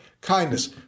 kindness